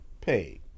paid